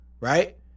right